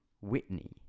Whitney